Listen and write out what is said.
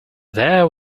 there